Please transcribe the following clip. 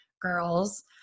girls